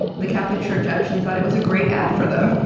the catholic church actually thought it was a great ad for them.